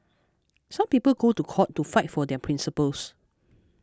some people go to court to fight for their principles